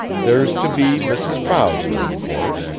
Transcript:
there's to be mrs. bowser, of course,